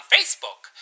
Facebook